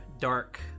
dark